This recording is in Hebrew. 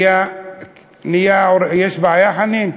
יש בעיה, חנין?